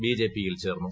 ബിജെപിയിൽ ചേർന്നു